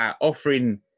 offering